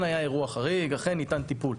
אכן, היה אירוע חריג, אכן ניתן טיפול.